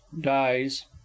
dies